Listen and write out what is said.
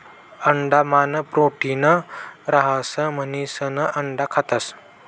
अंडा मान प्रोटीन रहास म्हणिसन अंडा खातस